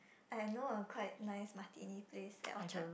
I know a quite nice martini place at Orchard